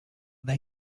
they